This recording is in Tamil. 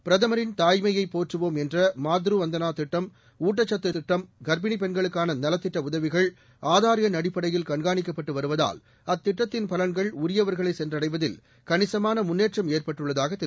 பிரதமரின் தாய்மையைப் போற்றுவோம் என்ற மாத்ரு வந்தனா திட்டம் ஊட்டச்சத்து திட்டம் கர்ப்பினிப் பெண்களுக்கான நலத்திட்ட உதவிகள் ஆதார் எண் அடிப்படையில் கண்காணிக்கப்பட்டு வருவதால் அத்திட்டத்தின் பலன்கள் உரியவர்களை சென்றடைவதில் கணிசமான முன்னேற்றம் ஏற்பட்டுள்ளதாக திரு